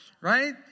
right